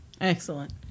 Excellent